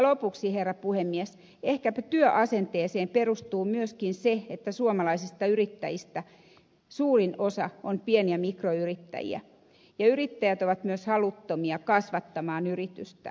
lopuksi herra puhemies ehkäpä työasenteeseen perustuu myöskin se että suomalaisista yrittäjistä suurin osa on pien ja mikroyrittäjiä ja yrittäjät ovat myös haluttomia kasvattamaan yritystään